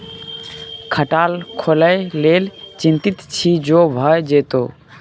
खटाल खोलय लेल चितिंत छी जो भए जेतौ